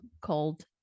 called